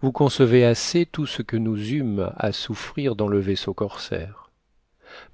vous concevez assez tout ce que nous eûmes à souffrir dans le vaisseau corsaire